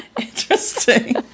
Interesting